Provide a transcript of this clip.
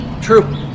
True